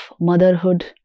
motherhood